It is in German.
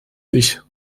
ich